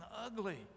ugly